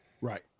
right